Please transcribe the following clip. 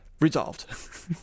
resolved